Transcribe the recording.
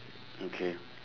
okay